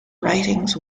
writings